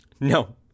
No